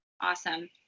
awesome